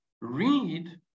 read